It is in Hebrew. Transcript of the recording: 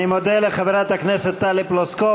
אני מודה לחברת הכנסת טלי פלוסקוב.